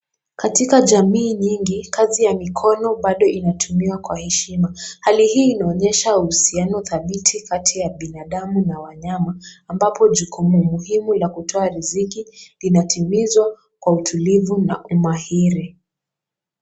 Katika jamii nyingi kazi ya mikono bado inatumiwa kwa heshima. Hali hii inaonyesha uhusiano dhabiti kati ya binadamu na wanyama ambapo jukumu muhimu la kutoa riziki inatimizwa kwa utulivu na umahiri.